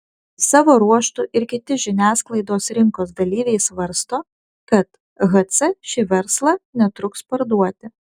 savo ruožtu ir kiti žiniasklaidos rinkos dalyviai svarsto kad hc šį verslą netruks parduoti